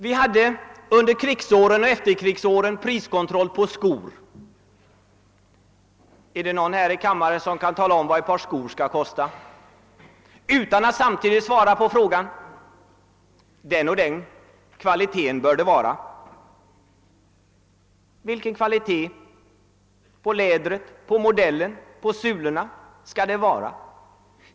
Vi hade under krigsåren och efterkrigsåren priskontroll på skor. Är det någon här i kammaren som kan tala om vad ett par skor skall kosta utan att samtidigt ange att den och den kvaliteten bör det vara? Vilken kvalitet skall det vara på lädret, vilken kvalitet skall det vara på sulorna?